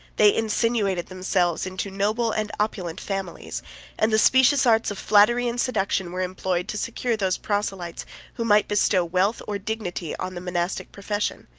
they insinuated themselves into noble and opulent families and the specious arts of flattery and seduction were employed to secure those proselytes who might bestow wealth or dignity on the monastic profession.